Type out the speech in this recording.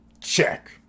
check